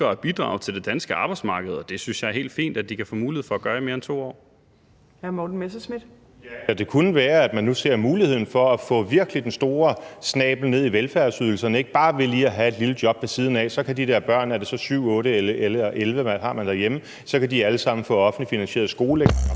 Det kunne være, at man nu ser muligheden for virkelig at få den store snabel ned i velfærdsydelserne – ikke bare ved lige at have et lille job ved siden af, og så kan de der børn, om det nu er 7, 8 eller 11, man har derhjemme, alle sammen få offentligt finansieret skole